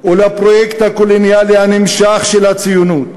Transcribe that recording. ולפרויקט הקולוניאלי הנמשך של הציונות.